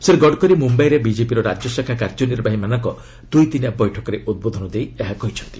ଶ୍ରୀ ଗଡ଼କରି ମୁମ୍ୟାଇରେ ବିଜେପିର ରାଜ୍ୟଶାଖା କାର୍ଯ୍ୟନିର୍ବାହୀମାନଙ୍କ ଦୁଇ ଦିନିଆ ବୈଠକରେ ଉଦ୍ବୋଧନ ଦେଇ ଏହା କହିଛନ୍ତି